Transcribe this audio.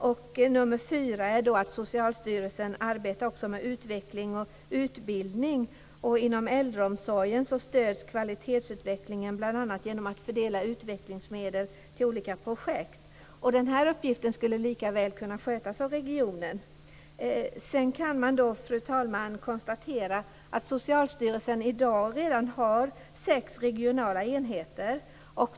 För det fjärde handlar det om att Socialstyrelsen också arbetar med utveckling och utbildning. Inom äldreomsorgen stöds kvalitetsutvecklingen bl.a. genom att utvecklingsmedel fördelas till olika projekt. Den uppgiften skulle lika väl kunna skötas av regionen. Sedan kan det, fru talman, konstateras att Socialstyrelsen redan i dag har sex regionala enheter.